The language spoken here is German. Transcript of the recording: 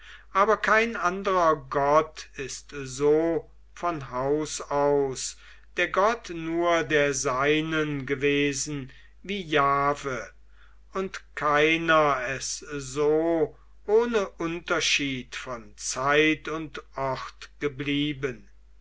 aber kein anderer gott ist so von haus aus der gott nur der seinen gewesen wie jahve und keiner es so ohne unterschied von zeit und ort geblieben